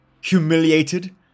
humiliated